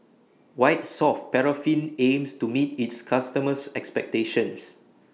White Soft Paraffin aims to meet its customers' expectations